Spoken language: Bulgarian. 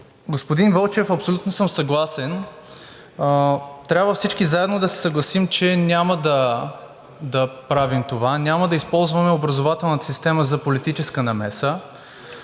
Господин Вълчев, абсолютно съм съгласен – трябва всички заедно да се съгласим, че няма да правим това, няма да използваме образователната система за политическа намеса.